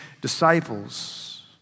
disciples